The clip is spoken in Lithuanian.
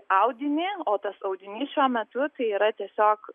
audinį o tas audinys šiuo metu tai yra tiesiog